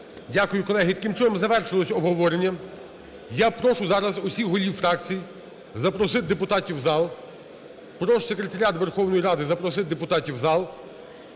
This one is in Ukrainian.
Дякую. Колеги, таким чином, завершилось обговорення. Я прошу зараз усіх голів фракцій запросити депутатів в зал, прошу секретаріат Верховної Ради запросити депутатів в зал.